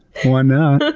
why not?